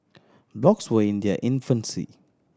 blogs were in their infancy